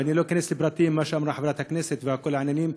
אבל אני לא אכנס לפרטים שאמרה חברת הכנסת וכל העניינים,